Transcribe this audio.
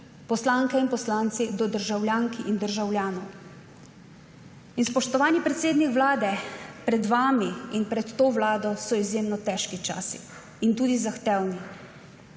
poslanke in poslanci, do državljank in državljanov. Spoštovani predsednik Vlade, pred vami in pred to vlado so izjemno težki časi in tudi zahtevni.